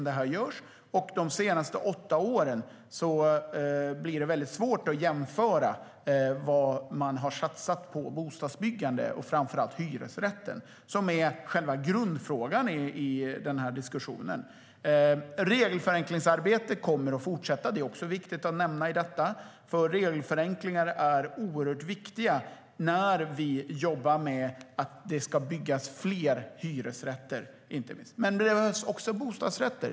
Det blir svårt att jämföra med vad man har satsat på de senaste åtta åren när det gäller bostadsbyggande, framför allt hyresrätter som är grundfrågan i diskussionen. Det är också viktigt att nämna att regelförenklingsarbetet kommer att fortsätta. Regelförenklingar är oerhört viktiga för att fler hyresrätter ska byggas. Det behövs dock även bostadsrätter.